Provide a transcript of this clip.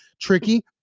tricky